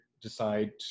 Decide